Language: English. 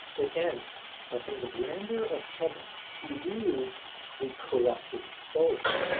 it ends by saying the grandeur of heaven eludes the corrupted soul,